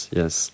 yes